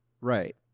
right